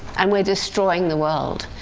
and we're destroying the world.